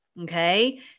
Okay